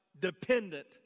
dependent